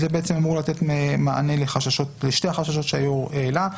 זה אמור לתת מענה לשני החששות שהיו"ר העלה.